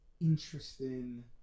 interesting